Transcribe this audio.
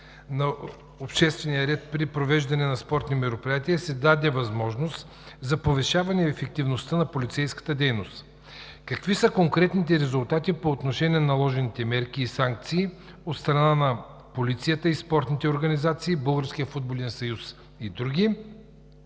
на обществения ред, при провеждане на спортни мероприятия се даде възможност за повишаване ефективността на полицейската дейност. Какви са конкретните резултати по отношение на наложените мерки и санкции от страна на полицията и спортните организации, Българския футболен съюз и други?